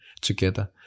together